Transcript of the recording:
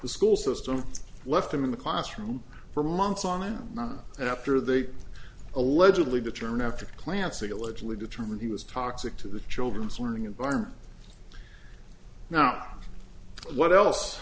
the school system left him in the classroom for months on end not after they allegedly determined after clancy allegedly determined he was toxic to the children's learning environment now what else